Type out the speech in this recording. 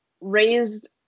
raised